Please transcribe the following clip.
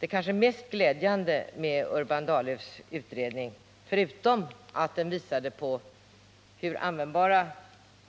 Det kanske mest glädjande med Urban Dahllöfs utredning — förutom att den klargjorde hur användbara